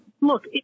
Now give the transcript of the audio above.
look